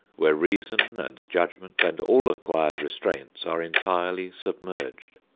where reason and judgment and all acquired restraints are entirely submerged.